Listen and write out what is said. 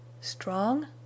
Strong